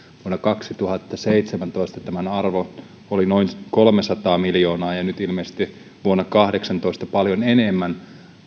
vuonna kaksituhattaseitsemäntoista tämän arvo oli noin kolmesataa miljoonaa ja ilmeisesti nyt vuonna kahdeksantoista paljon enemmän